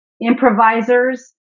improvisers